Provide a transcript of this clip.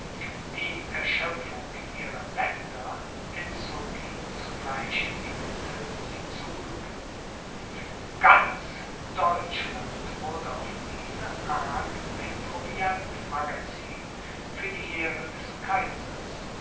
die erschöpfung ihrer länder entzog ihnen zugleich die mittel sie zu rügen ganz deutschland wurde auf diese art ein proviantmagazin für die heere des kaisers